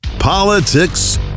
Politics